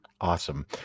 Awesome